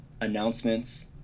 announcements